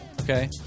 Okay